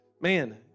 Man